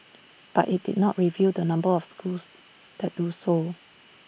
but IT did not reveal the number of schools that do so